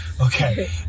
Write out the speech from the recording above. okay